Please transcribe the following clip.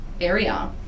area